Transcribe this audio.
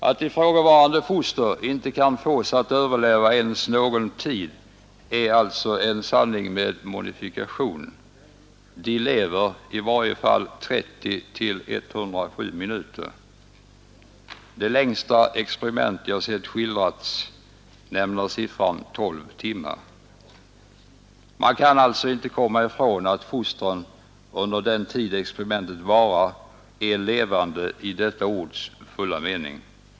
Att ifrågavarande foster inte kan fås att överleva ens någon tid är alltså en sanning med modifikation — de lever i varje fall 30 till 107 minuter. I det längsta experiment jag sett skildrat nämns siffran 12 timmar. Man kan alltså inte komma ifrån att fostren under den tid experimentet varar är levande i detta ords fulla mening.